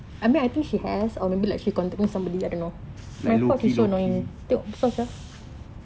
like low key low key